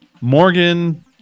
Morgan